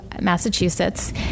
Massachusetts